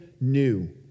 new